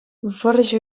вӑрҫӑ